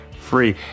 free